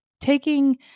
taking